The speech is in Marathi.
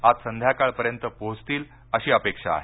आज संध्याकाळ पर्यंत पोहोचतील अशी अपेक्षा आहे